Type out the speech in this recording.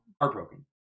heartbroken